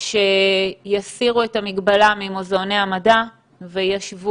שיסירו את המגבלה ממוזיאוני המדע וישוו